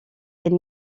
elle